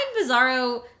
bizarro